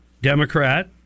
Democrat